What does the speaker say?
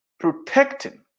protecting